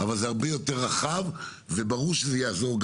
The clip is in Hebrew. אבל זה הרבה יותר רחב מהנושא שלנו.